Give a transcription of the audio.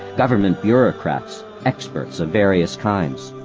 government bureaucrats, experts of various kinds.